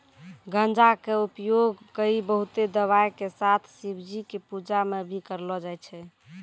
गांजा कॅ उपयोग कई बहुते दवाय के साथ शिवजी के पूजा मॅ भी करलो जाय छै